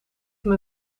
mij